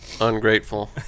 ungrateful